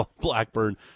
Blackburn